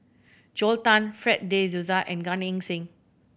Joel Tan Fred De Souza and Gan Eng Seng